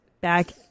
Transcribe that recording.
back